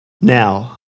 now